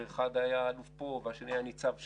ואחד היה אלוף פה והשני היה ניצב שם,